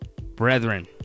brethren